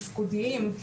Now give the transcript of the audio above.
תפקודיים,